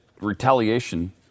retaliation